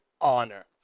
honor